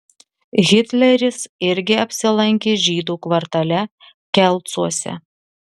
hitleris irgi apsilankė žydų kvartale kelcuose